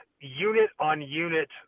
unit-on-unit